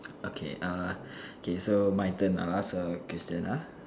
okay err okay so my turn I ask a question ah